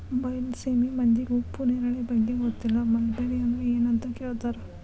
ಬೈಲಸೇಮಿ ಮಂದಿಗೆ ಉಪ್ಪು ನೇರಳೆ ಬಗ್ಗೆ ಗೊತ್ತಿಲ್ಲ ಮಲ್ಬೆರಿ ಅಂದ್ರ ಎನ್ ಅಂತ ಕೇಳತಾರ